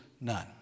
none